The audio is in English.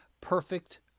perfect